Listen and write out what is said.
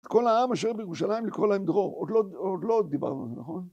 כל העם אשר בירושלים לקרוא להם דרור. עוד לא דיברנו על זה, נכון?